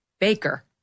baker